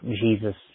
Jesus